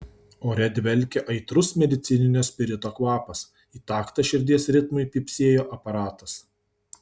ore dvelkė aitrus medicininio spirito kvapas į taktą širdies ritmui pypsėjo aparatas